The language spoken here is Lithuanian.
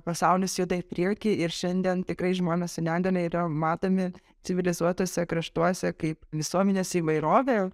pasaulis juda į priekį ir šiandien tikrai žmonės su negalia yra matomi civilizuotuose kraštuose kaip visuomenės įvairovė